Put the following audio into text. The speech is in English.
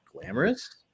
glamorous